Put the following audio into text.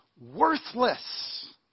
worthless